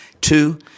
Two